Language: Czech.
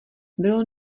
bylo